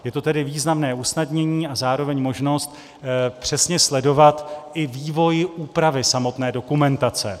Je to tedy významné usnadnění a zároveň možnost přesně sledovat i vývoj úpravy samotné dokumentace.